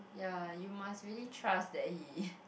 ya you must really trust that he